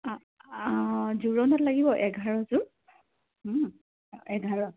জোৰোণত লাগিব এঘাৰযোৰ এঘাৰ